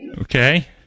Okay